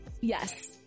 Yes